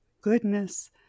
goodness